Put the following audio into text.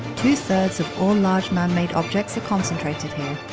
two-thirds of all large manmade objects are concentrated here.